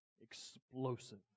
explosive